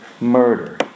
Murder